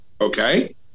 okay